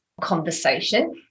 conversation